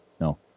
No